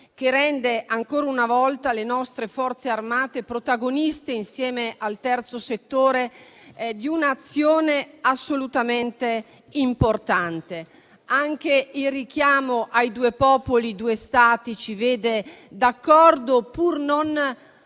che rende ancora una volta le nostre Forze armate protagoniste, insieme al terzo settore, di un'azione assolutamente importante. Anche il richiamo ai "due popoli, due Stati" ci vede d'accordo, pur non